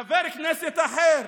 חבר כנסת אחר